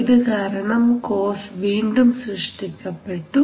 ഇതുകാരണം കോസ് വീണ്ടും സൃഷ്ടിക്കപ്പെട്ടു